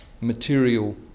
material